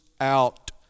out